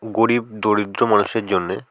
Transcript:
গরীব দরিদ্র মানুষের জন্যে